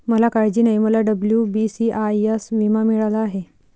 मला काळजी नाही, मला डब्ल्यू.बी.सी.आय.एस विमा मिळाला आहे